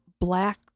black